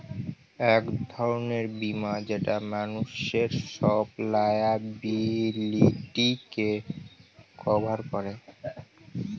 এক ধরনের বীমা যেটা মানুষের সব লায়াবিলিটিকে কভার করে